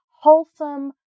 wholesome